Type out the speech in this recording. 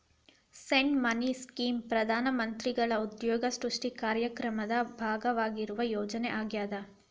seed money scheme ಪ್ರಧಾನ ಮಂತ್ರಿಗಳ ಉದ್ಯೋಗ ಸೃಷ್ಟಿ ಕಾರ್ಯಕ್ರಮದ ಭಾಗವಾಗಿರುವ ಯೋಜನೆ ಆಗ್ಯಾದ